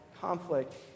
conflict